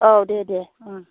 औ दे दे